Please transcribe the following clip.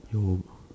no